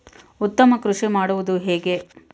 ಉತ್ತಮ ಕೃಷಿ ಮಾಡುವುದು ಹೇಗೆ?